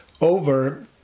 over